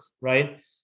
right